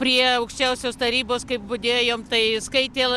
prie aukščiausios tarybos kaip budėjom tai skaitė